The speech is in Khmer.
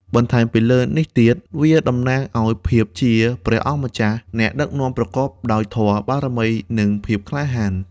បន្ថែមពីលើនេះទៀតវាតំណាងឲ្យ ភាពជាព្រះអង្គម្ចាស់ អ្នកដឹកនាំប្រកបដោយធម៌ បារមី និងភាពក្លាហាន។